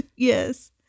Yes